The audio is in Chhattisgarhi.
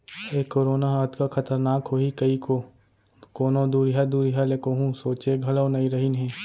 ए करोना ह अतका खतरनाक होही कइको कोनों दुरिहा दुरिहा ले कोहूँ सोंचे घलौ नइ रहिन हें